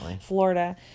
Florida